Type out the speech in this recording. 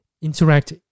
interact